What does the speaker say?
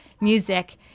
music